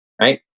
right